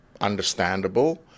understandable